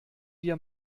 wir